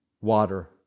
water